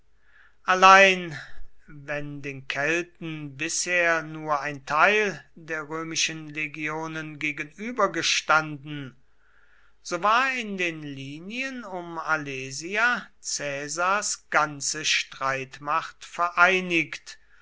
allein wenn den kelten bisher nur ein teil der römischen legionen gegenübergestanden so war in den linien um alesia caesars ganze streitmacht vereinigt